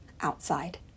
outside